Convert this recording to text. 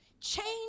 Change